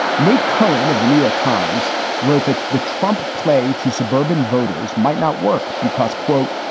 nate cohen of the new york times wrote that the trump play to suburban voters might not work because, quote,